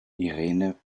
irene